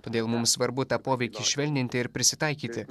todėl mums svarbu tą poveikį švelninti ir prisitaikyti